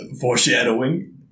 foreshadowing